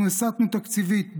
אנחנו הסטנו תקציבים,